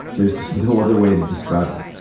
there's just no other way to describe him.